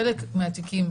חלק מהתיקים,